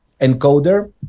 encoder